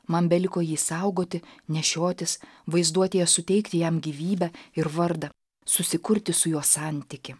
man beliko jį saugoti nešiotis vaizduotėje suteikti jam gyvybę ir vardą susikurti su juo santykį